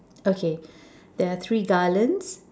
okay there are three garlands